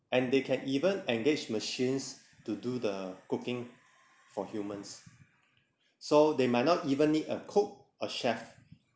and they can even engage machines to do the cooking for humans so they might not even need a cook or chef